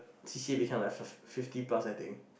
C C became like fif~ fifty plus I think